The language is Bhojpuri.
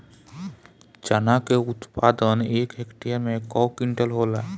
चना क उत्पादन एक हेक्टेयर में कव क्विंटल होला?